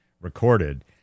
recorded